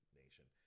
nation